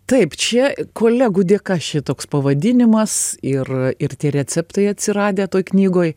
taip čia kolegų dėka šitoks pavadinimas ir ir tie receptai atsiradę toj knygoj